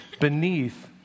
beneath